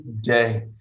day